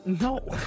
No